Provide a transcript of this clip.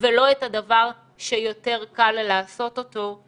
ולא את הדבר שיותר קל לעשות אותו,